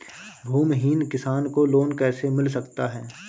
भूमिहीन किसान को लोन कैसे मिल सकता है?